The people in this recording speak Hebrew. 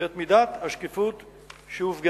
ואת מידת השקיפות שהופגנה.